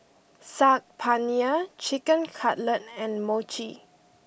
Saag Paneer Chicken Cutlet and Mochi